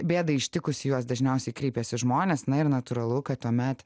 bėdai ištikus į juos dažniausiai kreipiasi žmonės na ir natūralu kad tuomet